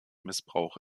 missbrauch